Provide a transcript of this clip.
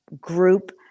group